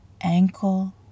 ankle